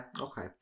okay